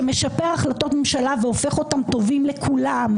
שמשפר החלטות ממשלה והופך אותן טובות לכולן,